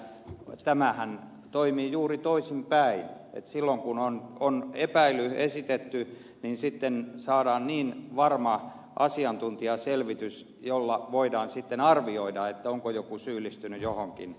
tämähän toimii juuri toisinpäin että silloin kun on epäily esitetty saadaan varma asiantuntijaselvitys jolla voidaan sitten arvioida onko joku syyllistynyt johonkin